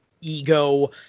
ego